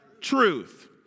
truth